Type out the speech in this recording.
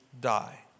die